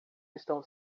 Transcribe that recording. estão